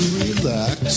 relax